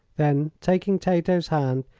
then, taking tato's hand,